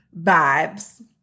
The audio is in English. vibes